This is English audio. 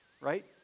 right